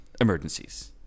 emergencies